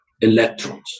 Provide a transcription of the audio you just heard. electrons